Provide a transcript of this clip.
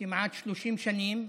כמעט 30 שנים,